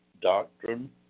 Doctrine